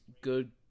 good